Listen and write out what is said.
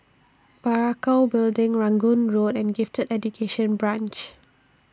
Parakou Building Rangoon Road and Gifted Education Branch